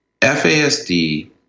FASD